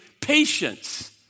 patience